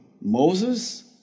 Moses